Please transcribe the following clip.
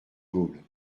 gaules